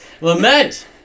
Lament